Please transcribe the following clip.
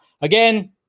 Again